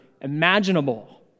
imaginable